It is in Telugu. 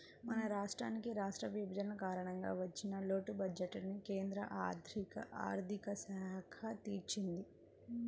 మన రాష్ట్రానికి రాష్ట్ర విభజన కారణంగా వచ్చిన లోటు బడ్జెట్టుని కేంద్ర ఆర్ధిక శాఖ తీర్చింది